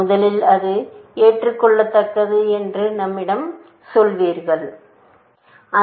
முதலில் அது ஏற்றுக் கொள்ளத்தக்கது என்று நம்மை நாமே நம்பிக் கொள்ள வேண்டும்